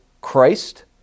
Christ